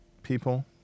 people